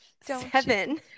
seven